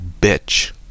bitch